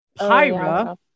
Pyra